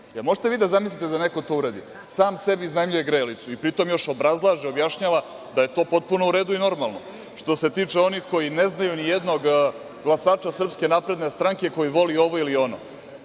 možete da zamislite da neko to uradi? Sam sebi iznajmljuje grejalicu i pri tom još obrazlaže, objašnjava da je to potpuno u redu i normalno. Što se tiče onih koji ne znaju nijednog glasača SNS koji voli ovo ili ono,